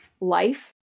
life